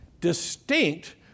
distinct